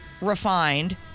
refined